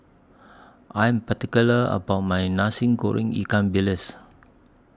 I Am particular about My Nasi Goreng Ikan Bilis